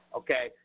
okay